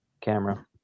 camera